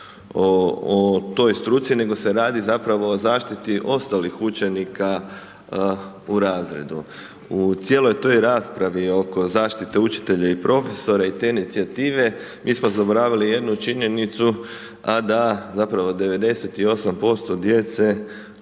o toj struci nego se radi zapravo o zaštiti ostalih učenika u razredu. U cijeloj toj raspravi oko zaštite učitelja i profesora i te inicijative mi smo zaboravili jednu činjenicu, a da zapravo 98% djece